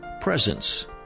presence